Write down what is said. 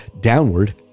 downward